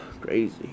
Crazy